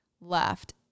left